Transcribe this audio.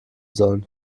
sollen